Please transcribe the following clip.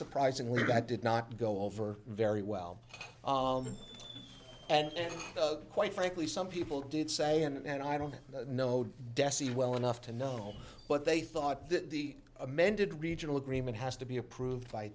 surprisingly that did not go over very well and quite frankly some people did say and i don't know dessie well enough to know what they thought that the amended regional agreement has to be approved by